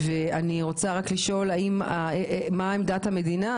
אני רוצה לשאול מה עמדת המדינה,